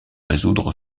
résoudre